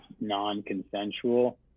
non-consensual